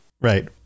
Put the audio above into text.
right